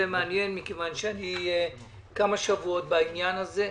מעניין מכיוון שאני כמה שבועות בעניין הזה,